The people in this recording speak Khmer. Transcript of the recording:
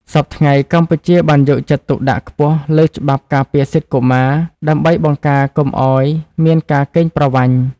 សព្វថ្ងៃ កម្ពុជាបានយកចិត្តទុកដាក់ខ្ពស់លើច្បាប់ការពារសិទ្ធិកុមារ ដើម្បីបង្ការកុំឱ្យមានការកេងប្រវ័ញ្ច។